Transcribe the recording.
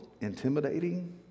intimidating